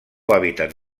hàbitat